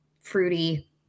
fruity